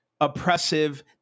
oppressive